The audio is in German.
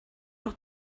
doch